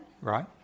Right